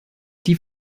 die